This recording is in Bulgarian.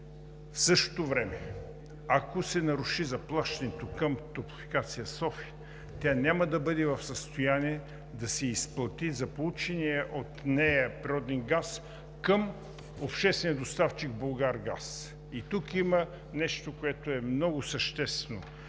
В същото време, ако се наруши заплащането към „Топлофикация София“, тя няма да бъде в състояние да се изплати за получения от нея природен газ към обществения доставчик „Булгаргаз“. И тук има нещо, което е много съществено